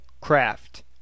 craft